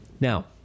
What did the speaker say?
Now